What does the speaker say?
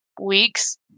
weeks